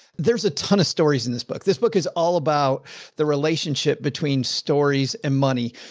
there's a ton of stories in this book. this book is all about the relationship between stories and money,